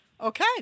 okay